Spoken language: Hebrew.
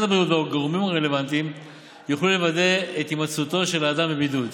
הבריאות והגורמים הרלוונטיים יוכלו לוודא את הימצאותו של האדם בבידוד.